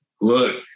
look